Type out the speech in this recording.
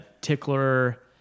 tickler